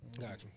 Gotcha